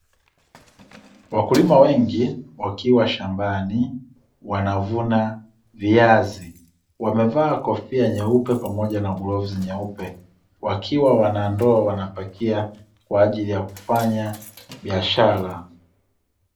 Wakulima wengi wakiwa shambani wanavuna viazi, wamevaa kofia nyeupe pamoja na glavu nyeupe wakiwa na ndoo wanapakia kwaajili ya kufanya biashara.